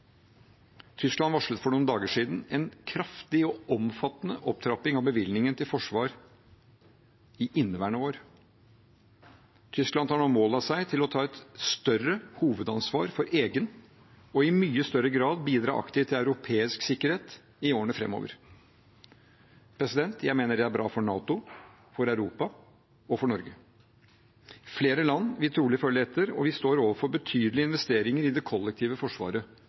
Tyskland varslet for noen dager siden en kraftig og omfattende opptrapping av bevilgningen til forsvar i inneværende år. Tyskland tar nå mål av seg til å ta et hovedansvar for egen – og i mye større grad bidra aktivt til europeisk – sikkerhet i årene framover. Jeg mener det er bra for NATO, for Europa og for Norge. Flere land vil trolig følge etter, og vi står overfor betydelige investeringer i det kollektive forsvaret